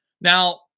Now